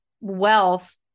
wealth